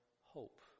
hope